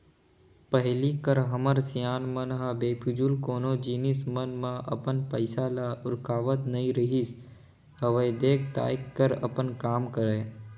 पहिली कर हमर सियान मन ह बेफिजूल कोनो जिनिस मन म अपन पइसा ल उरकावत नइ रिहिस हवय देख ताएक कर अपन काम करय